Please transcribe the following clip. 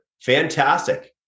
Fantastic